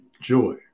joy